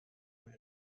aber